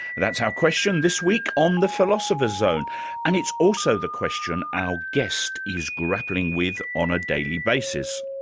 that's our question this week on the philosopher's zone and it's also the question our guest is grappling with on a daily basis.